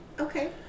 Okay